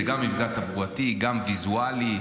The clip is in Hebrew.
זה גם מפגע תברואתי, גם ויזואלי.